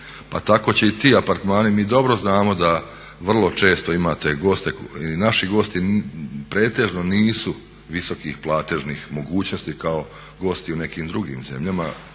tako će i ti apartmani, mi dobro znamo da vrlo često imate goste, naši gosti pretežno nisu visokih platežnih mogućnosti kao gosti u nekim drugim zemljama